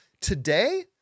today